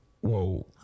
Whoa